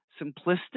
simplistic